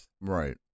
Right